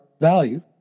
value